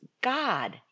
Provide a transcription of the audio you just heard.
God